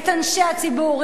את אנשי הציבור,